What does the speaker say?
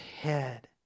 head